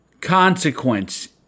consequence